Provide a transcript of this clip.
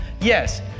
Yes